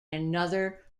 another